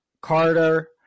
Carter